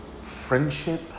friendship